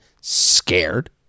scared